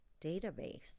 database